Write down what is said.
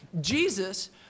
Jesus